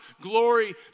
glory